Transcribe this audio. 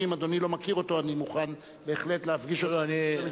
ואם אדוני לא מכיר אותו אני מוכן בהחלט להפגיש אתכם במשרדי,